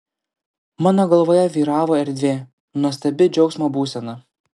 mano galvoje vyravo erdvė nuostabi džiaugsmo būsena